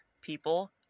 people